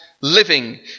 living